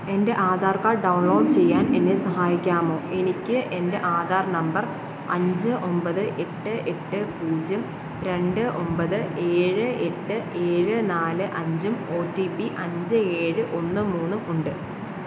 എൻ്റെ Aadhaar card download ചെയ്യാൻ എന്നെ സഹായിക്കാമോ എനിക്ക് എൻ്റെ ആധാർ നമ്പർ അഞ്ച് ഒമ്പത് എട്ട് എട്ട് പൂജ്യം രണ്ട് ഒമ്പത് ഏഴ് എട്ട് എഴ് നാല് അഞ്ചും ഒ ടി പി അഞ്ച് ഏഴ് ഒന്ന് മൂന്നും ഉണ്ട്